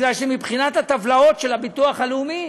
כי מבחינת הטבלאות של הביטוח הלאומי